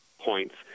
points